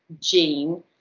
gene